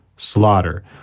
slaughter